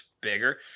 bigger